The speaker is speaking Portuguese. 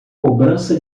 cobrança